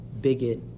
bigot